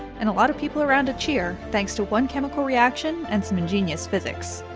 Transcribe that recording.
and a lot of people around to cheer thanks to one chemical reaction and some ingenious physics.